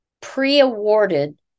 pre-awarded